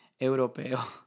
Europeo